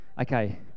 Okay